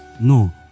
No